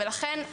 ולכן,